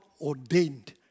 ordained